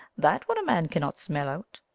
that what a man cannot smell out,